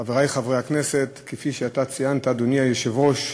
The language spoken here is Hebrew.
חברי חברי הכנסת, כפי שציינת, אדוני היושב-ראש,